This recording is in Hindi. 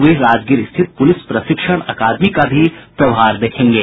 वे राजगीर स्थित पुलिस प्रशिक्षण अकादमी का भी प्रभार देखेंगे